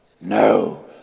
no